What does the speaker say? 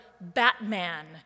Batman